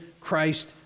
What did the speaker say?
Christ